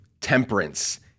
temperance